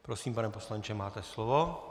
Prosím, pane poslanče, máte slovo.